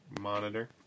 Monitor